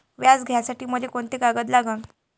व्याज घ्यासाठी मले कोंते कागद लागन?